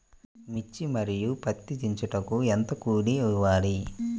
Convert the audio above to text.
మిర్చి మరియు పత్తి దించుటకు ఎంత కూలి ఇవ్వాలి?